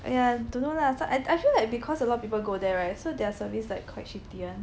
aiya don't know lah I feel like because a lot of people go there right so their service like quite shitty [one]